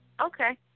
Okay